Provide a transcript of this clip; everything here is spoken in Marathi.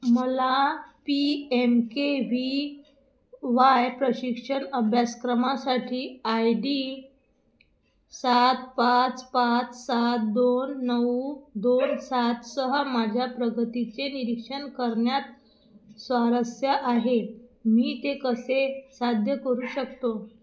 मला P M K V Y प्रशिक्षण अभ्यासक्रमासाठी आय डी सात पाच पाच सात दोन नऊ दोन सातसह माझ्या प्रगतीचे निरीक्षण करण्यात स्वारस्य आहे मी ते कसे साध्य करू शकतो